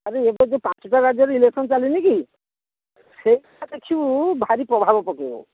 ଆରେ ଏବେ ଯୋଉ ପାଞ୍ଚଟା ରାଜ୍ୟରେ ଇଲେକ୍ସନ୍ ଚାଲିନିକି ସେଇଟା ଦେଖିବୁ ଭାରି ପ୍ରଭାବ ପକେଇବ